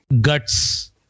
Guts